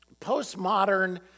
postmodern